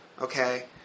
okay